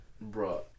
bro